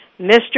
Mr